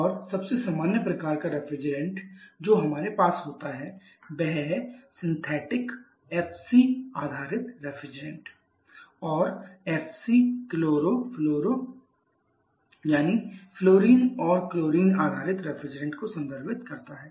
और सबसे सामान्य प्रकार का रेफ्रिजरेंट जो हमारे पास होता है वह है सिंथेटिक FC आधारित रेफ्रिजरेंट और FC फ्लोरो क्लोरो यानी फ्लोरीन और क्लोरीन आधारित रेफ्रिजरेंट को संदर्भित करता है